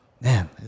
man